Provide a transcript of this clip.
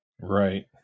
Right